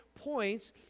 points